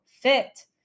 FIT